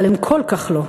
אבל הם כל כך לא.